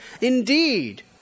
Indeed